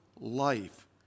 life